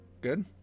Good